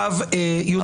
צריך